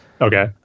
okay